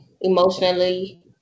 emotionally